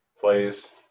plays